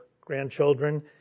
grandchildren